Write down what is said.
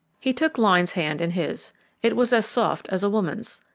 he took lyne's hand in his it was as soft as a woman's.